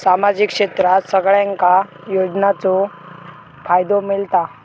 सामाजिक क्षेत्रात सगल्यांका योजनाचो फायदो मेलता?